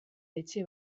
etxe